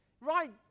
right